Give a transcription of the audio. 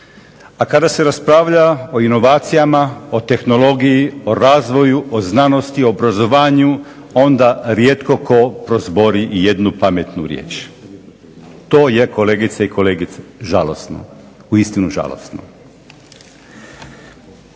A kada se raspravlja o inovacijama, o tehnologiji, o razvoju, o znanosti, o obrazovanju, onda rijetko tko prozbori jednu pametnu riječ. To je kolegice i kolege zastupnici žalosno. Uistinu žalosno.